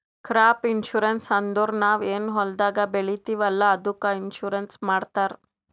crop insurance ಅಂದುರ್ ನಾವ್ ಏನ್ ಹೊಲ್ದಾಗ್ ಬೆಳಿತೀವಿ ಅಲ್ಲಾ ಅದ್ದುಕ್ ಇನ್ಸೂರೆನ್ಸ್ ಮಾಡ್ತಾರ್